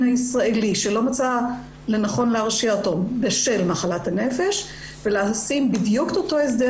הישראלי שלא מצא לנכון להרשיע אותו בשל מחלת הנפש ולשים בדיוק את אותו הסדר